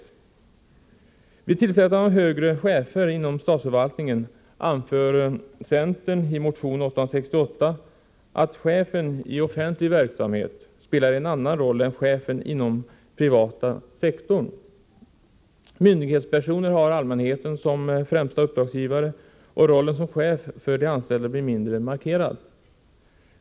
När det gäller tillsättandet av högre chefer inom statsförvaltningen anför centern i motion 868 att chefen i offentlig verksamhet spelar en annan roll än chefen inom den privata sektorn. Myndighetspersoner har allmänheten som främsta uppdragsgivare, och rollen som chef för de anställda blir mindre markerad.